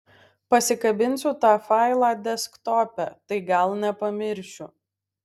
pasikabinsiu tą failą desktope tai gal nepamiršiu